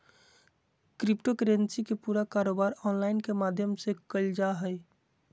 crypto currency के पूरा कारोबार ऑनलाइन माध्यम से क़इल जा हइ